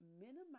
minimize